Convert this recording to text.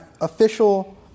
official